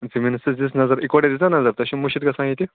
زٔمیٖنس حظ دِژ نَظَر اِکوٹے دِژ نہَ نَظَر تۄہہِ چھو مٔشِد گَژھان یِتہِ